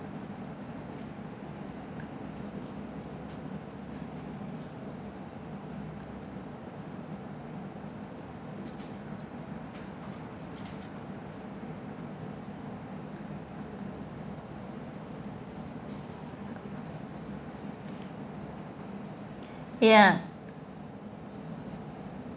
ya